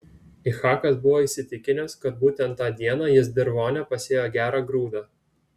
ichakas buvo įsitikinęs kad būtent tą dieną jis dirvone pasėjo gerą grūdą